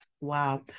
Wow